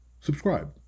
subscribe